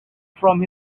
from